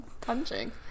punching